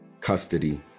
custody